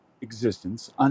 existence